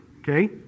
Okay